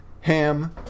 ham